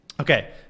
Okay